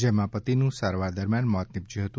જેમાં પતિનું સારવાર દરમ્યાન મોત નીપશ્યું હતું